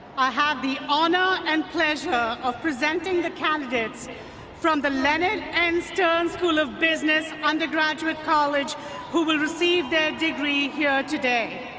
i have the honor and pleasure of presenting the candidates from the leonard n. stern school of business, undergraduate college who will receive their degree here today.